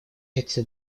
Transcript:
это